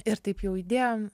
ir taip jau įdėjom